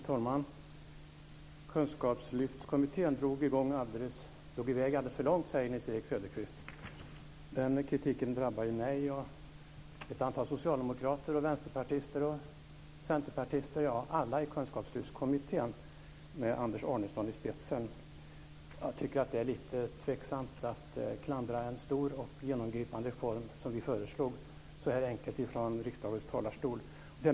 Fru talman! Kunskapslyftskommittén drog i väg alldeles för långt, säger Nils-Erik Söderqvist. Den kritiken drabbar mig och ett antal socialdemokrater, vänsterpartister och centerpartister - ja, alla i Kunskapslyftskommittén med Anders Arneson i spetsen. Jag tycker att det är lite tveksamt att klandra en stor och genomgripande reform som vi föreslog så enkelt från riksdagens talarstol.